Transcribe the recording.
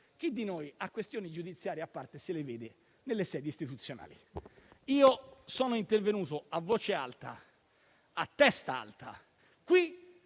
Chi di noi ha questioni giudiziarie a parte se le vede nelle sedi deputate. Sono intervenuto a voce e a testa alte qui